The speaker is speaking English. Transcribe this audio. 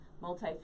multi